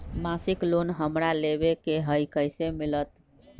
मासिक लोन हमरा लेवे के हई कैसे मिलत?